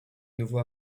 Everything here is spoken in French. nouveau